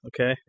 okay